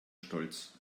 stolz